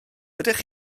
ydych